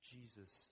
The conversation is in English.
Jesus